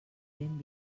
ben